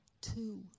Two